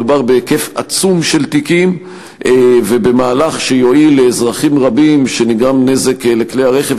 מדובר בהיקף עצום של תיקים ובמהלך שיועיל לאזרחים רבים שנגרם נזק לכלי-הרכב